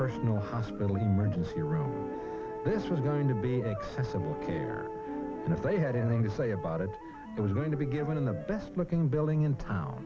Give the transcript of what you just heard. personal hospital emergency room this was going to be accessible and if they had anything to say about it it was going to be given the best looking building in town